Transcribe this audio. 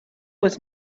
was